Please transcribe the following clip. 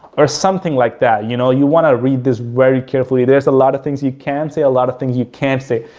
or something like that. you know, you want to read this very carefully. there's a lot of things you can say, a lot of things you can't say.